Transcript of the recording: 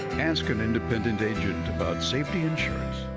ask an independent agent about safety insurance.